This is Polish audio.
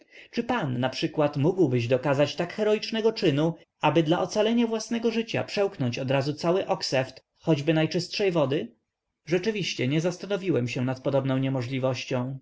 czy pan naprzykład mógłbyś dokazać tak heroicznego czynu aby dla ocalenia własnego życia przełknąć odrazu cały okseft choćby najczystszej wody rzeczywiście nie zastanowiłem się nad podobną niemożliwością